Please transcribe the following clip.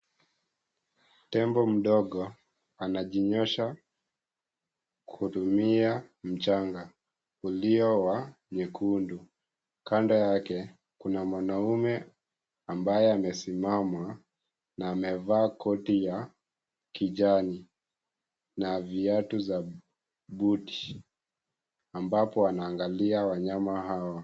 Tembo mdogo anajiosha kwa kutumia mchanga ulio wa wekundu. Kando yake, kuna mwanaume ambaye amesimama na amevaa koti ya kijani na viatu za buti ambapo anaangalia wanyama hawa.